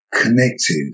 connected